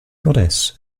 goddess